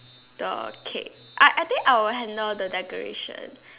the cake I I think I will handle the decoration